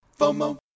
FOMO